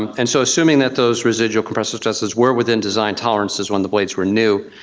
and so assuming that those residual compressive stresses were within design tolerances when the blades were new,